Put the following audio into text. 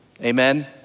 amen